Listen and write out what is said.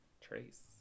trace